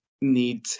need